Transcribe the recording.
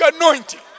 anointing